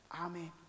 Amen